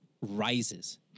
rises